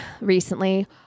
recently